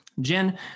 Jen